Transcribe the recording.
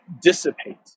dissipate